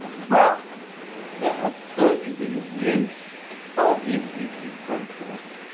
but there has certainly been abuse of the impeachment process,